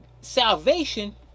salvation